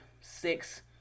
six